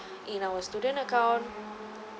in our student account